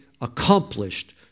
accomplished